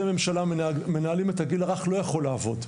ממשלה מנהלים את הגיל הרך לא יכול לעבוד.